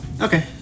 Okay